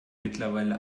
mittlerweile